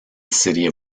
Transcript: city